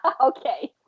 okay